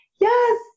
Yes